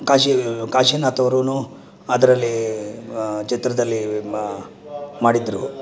ಕಾಶಿ ಕಾಶಿನಾಥ್ ಅವರೂ ಅದರಲ್ಲಿ ಚಿತ್ರದಲ್ಲಿ ಮಾಡಿದರು